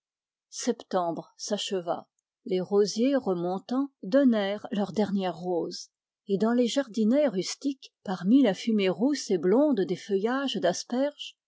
septembre s'acheva les rosiers remontants donnèrent leurs dernières roses et dans les jardinets rustiques parmi la fumée rousse et blonde des feuillages d'asperges